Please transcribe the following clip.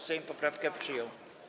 Sejm poprawkę przyjął.